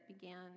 began